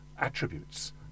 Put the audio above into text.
attributes